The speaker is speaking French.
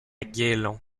gaillon